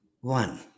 one